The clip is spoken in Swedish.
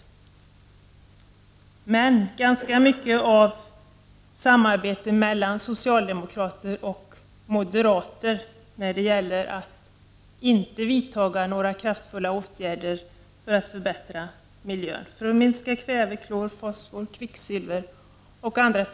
Däremot har vi sett ganska mycket av samarbete mellan socialdemokrater och moderater när det gäller att inte vidta några kraftfulla åtgärder för att förbättra miljön, t.ex. för att minska utsläppen av kväve, klor, fosfor, kvicksilver och annat.